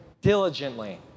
diligently